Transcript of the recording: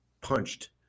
punched